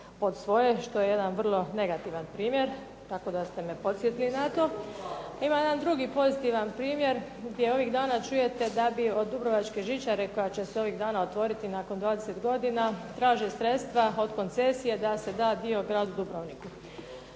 što je jedan vrlo negativan primjer tako da ste me podsjetili na to. Ima jedan drugi pozitivan primjer gdje ovih dana čujete da bi od dubrovačke žičare koja će se ovih dana otvoriti nakon 20 godina traži sredstva od koncesije da se da dio Gradu Dubrovniku.